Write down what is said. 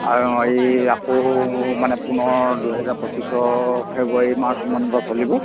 আৰু এই আকৌ মানে পুনৰ দুহেজাৰ পঁচিছৰ ফেব্ৰুৱাৰী মাৰ্চমান পা চলিব